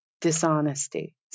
dishonesty